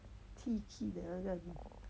的那个